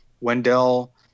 wendell